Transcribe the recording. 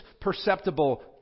perceptible